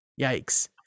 Yikes